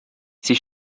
sie